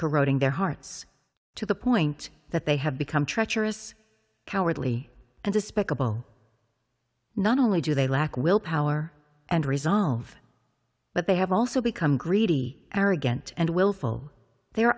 corroding their hearts to the point that they have become treacherous cowardly and despicable not only do they lack willpower and resolve but they have also become greedy arrogant and